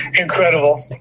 Incredible